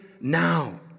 now